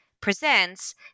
presents